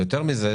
ויותר מזה,